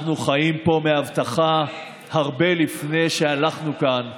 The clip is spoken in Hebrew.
אנחנו חיים פה מהבטחה הרבה לפני שהלכנו כאן.